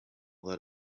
that